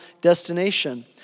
destination